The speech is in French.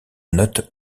note